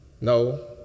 No